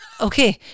okay